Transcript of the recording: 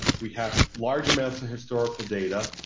we have large amounts of historical data,